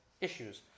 issues